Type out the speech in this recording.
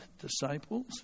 disciples